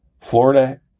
Florida